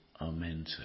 Amen